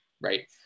right